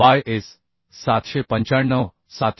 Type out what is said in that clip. bye S 795 795